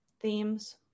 Themes